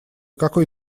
какой